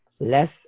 Less